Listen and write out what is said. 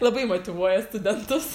labai motyvuoja studentus